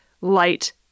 light